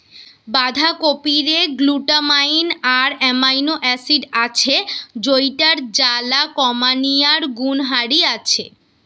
বাঁধাকপিরে glutamine আর amino acid আছে যৌটার জ্বালা কমানিয়ার গুণহারি আছে